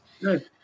Good